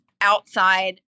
outside